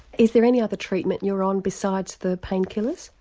is there any other treatment you're on besides the pain killers?